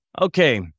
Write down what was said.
okay